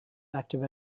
active